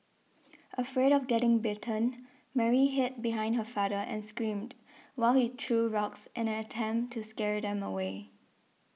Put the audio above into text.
afraid of getting bitten Mary hid behind her father and screamed while he threw rocks in an attempt to scared them away